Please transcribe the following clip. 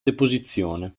deposizione